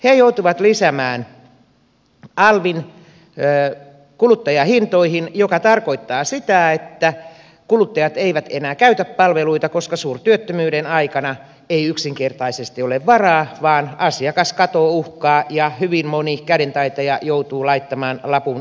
he joutuvat lisäämään alvin kuluttajahintoihin mikä tarkoittaa sitä että kuluttajat eivät enää käytä palveluita koska suurtyöttömyyden aikana ei yksinkertaisesti ole varaa vaan asiakaskato uhkaa ja hyvin moni kädentaitaja joutuu laittamaan lapun luukulle